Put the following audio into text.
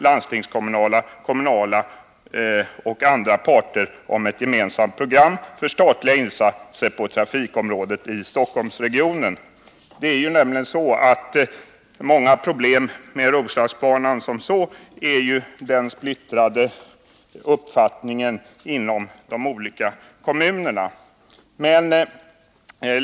landstingskommunala, kommunala och andra parter om ett gemensamt program för statliga insatser på trafikområdet i Stockholmsregionen.” Det är nämligen så att många problem med Roslagsbanan beror på splittrade uppfattningar inom de olika kommunerna.